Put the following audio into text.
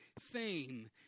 fame